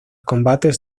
combates